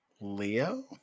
Leo